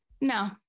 No